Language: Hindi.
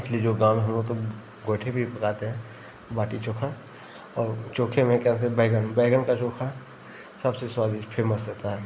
इसलिए जो गाँव में हम लोग तो गोइठे पर ही पकाते हैं बाटी चोख़ा और चोख़े में कैसे बैंगन बैंगन का चोख़ा सबसे स्वादिष्ट फ़ेमस होता है